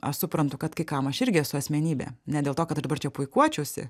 aš suprantu kad kai kam aš irgi esu asmenybė ne dėl to kad dabar čia puikuočiausi